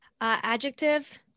Adjective